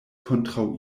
kontraŭ